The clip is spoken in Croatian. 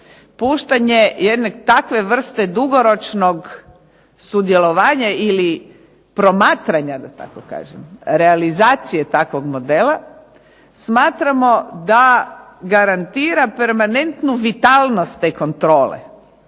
puštanje jedne takve vrste dugoročnog sudjelovanja ili promatranja da tako kažem, realizacije takvog modela smatramo da garantira permanentnu vitalnost te kontrole,